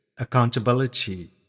accountability